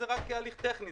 זה רק הליך טכני,